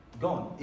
gone